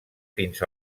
fins